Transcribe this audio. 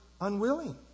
unwilling